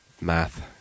math